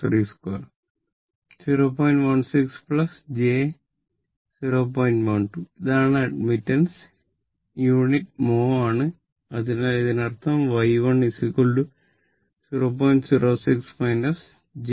12 ഇതാണ് അഡ്മിറ്റാൻസ് ആണ് അതിനാൽ ഇതിനർത്ഥം Y 1 0